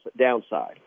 downside